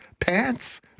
pants